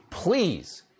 please